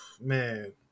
man